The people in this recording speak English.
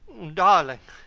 darling!